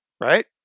Right